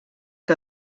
que